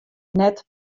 net